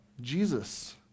Jesus